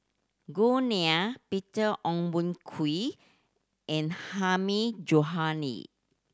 Gao Ning Peter Ong Boon Kwee and Hilmi Johandi